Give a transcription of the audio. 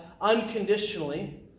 unconditionally